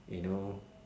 you know